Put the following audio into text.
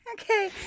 Okay